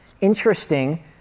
Interesting